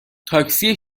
تاکسی